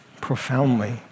profoundly